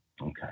Okay